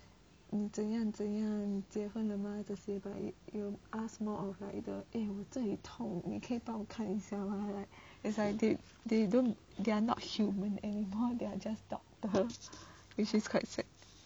你怎样怎样你结婚了吗这些 but you will ask more of like the eh 我这里痛你可以帮我看一下吗 like is like they they don't they are not human anymore they're just doctors which is quite sad